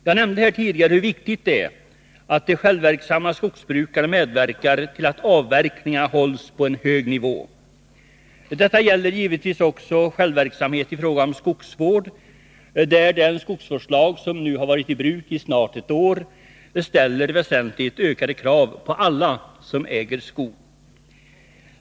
Jag nämnde tidigare hur viktigt det är att de självverksamma skogsbrukarna medverkar till att avverkningarna hålls på en hög nivå. Detta gäller givetvis också självverksamhet i fråga om skogsvård där den skogsvårdslag, som nu har varit i bruk i snart ett år, ställer väsentligt ökade krav på alla som äger skog.